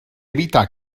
evitar